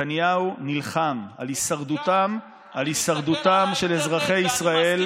נתניהו נלחם על הישרדותם של אזרחי ישראל,